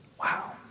Wow